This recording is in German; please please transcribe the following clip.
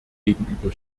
gegenüber